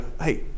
Hey